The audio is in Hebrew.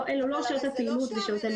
אלה לא שעות הפעילות ושעות הלימודים.